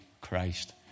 Christ